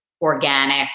organic